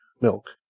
milk